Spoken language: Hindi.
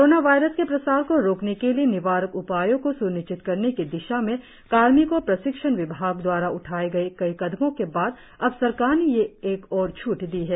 कारोना वायरस के प्रसार को रोकने के लिए निवारक उपायों को स्निश्चित करने की दिशा में कार्मिक और प्रशिक्षण विभाग द्वारा उठाए गए कई कदमों के बाद अब सरकार ने यह एक और छूट दी है